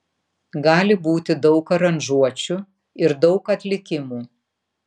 gali būti daug aranžuočių ir daug atlikimų